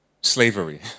slavery